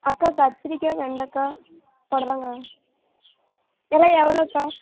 அக்கா கத்திரிக்காய் வெண்டக்காய் புடலங்கா இதெல்லாம் எவ்வளோக்கா